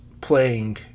playing